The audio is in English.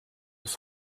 have